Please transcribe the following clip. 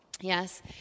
Yes